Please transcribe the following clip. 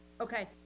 Okay